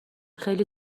خیلی